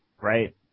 right